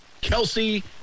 Kelsey